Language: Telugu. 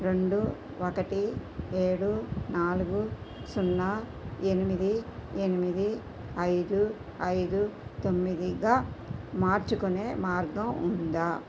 రెండు ఒకటి ఏడు నాలుగు సున్నా ఎనిమిది ఎనిమిది ఐదు ఐదు తొమ్మిదిగా మార్చుకునే మార్గం ఉందా